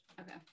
Okay